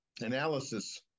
analysis